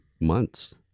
months